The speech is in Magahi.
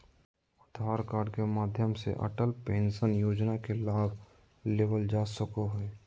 आधार कार्ड के माध्यम से अटल पेंशन योजना के लाभ लेवल जा सको हय